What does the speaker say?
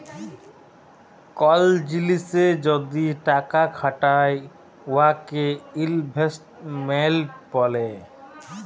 call জিলিসে যদি টাকা খাটায় উয়াকে ইলভেস্টমেল্ট ব্যলে